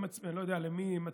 אני לא יודע כבר למי הם מצביעים,